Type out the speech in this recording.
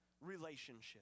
relationship